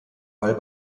weil